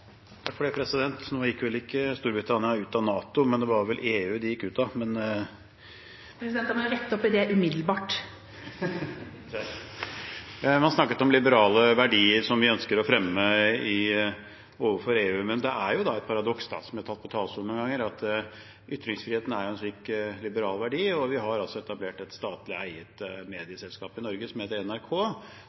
Nå gikk vel ikke Storbritannia ut av NATO, det var EU de gikk ut av, men … President, da må jeg rette opp i det umiddelbart! Det er greit! Man snakket om liberale verdier vi ønsker å fremme overfor EU, men det er et paradoks, som jeg har nevnt på talerstolen noen ganger, at ytringsfriheten er en slik liberal verdi, mens vi altså har etablert et statlig eid medieselskap i Norge som heter NRK,